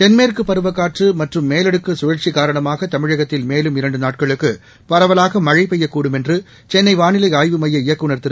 தென்மேற்குப் பருவக்காற்று மற்றும் மேலடுக்கு சுழற்சி காரணமாக தமிழகத்தில் மேலும் இரண்டு நாட்களுக்கு பரவலாக மழை பெய்யக்கூடும் என்று சென்னை வாளிலை ஆய்வு மைய இயக்குநர் திரு